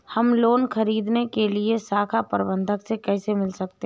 हम लोन ख़रीदने के लिए शाखा प्रबंधक से कैसे मिल सकते हैं?